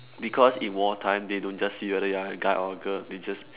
because in war time they don't just see whether you're a guy or girl they just